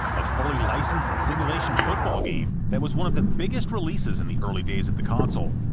a fully-licensed simulation football game that was one of the biggest releases in the early days of the console.